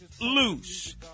loose